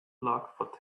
luck